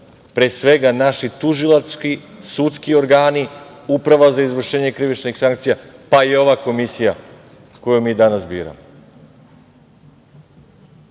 pre svega, naši tužilački, sudski organi, Uprava za izvršenje krivičnih sankcija, pa i ova Komisija koju mi danas